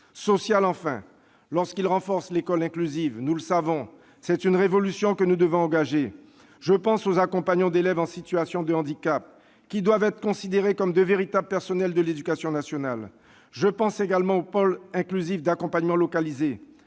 loi l'est enfin, en ce qu'il renforce l'école inclusive. Nous le savons, c'est une révolution que nous devons engager. Je pense aux accompagnants d'élèves en situation de handicap, qui doivent être considérés comme de véritables membres du personnel de l'éducation nationale. Je pense également aux pôles inclusifs d'accompagnement localisés,